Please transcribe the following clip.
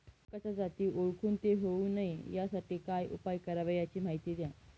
किटकाच्या जाती ओळखून ते होऊ नये यासाठी काय उपाय करावे याची माहिती द्या